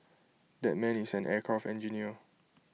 that man is an aircraft engineer